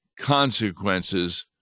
consequences